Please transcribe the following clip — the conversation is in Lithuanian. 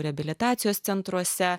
reabilitacijos centruose